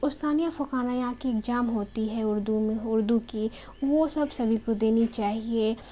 وسطانیہ فوقانیا کی اگزام ہوتی ہے اردو میں اردو کی وہ سب سبھی کو دینی چاہیے